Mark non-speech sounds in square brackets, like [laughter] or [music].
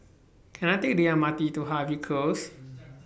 Can I Take The M R T to Harvey Close [noise]